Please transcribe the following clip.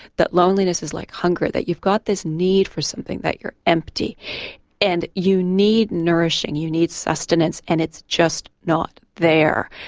that loneliness was like hunger that you've got this need for something, that you're empty and you need nourishing, you need sustenance and it's just not there.